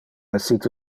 essite